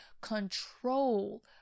control